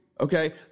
okay